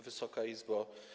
Wysoka Izbo!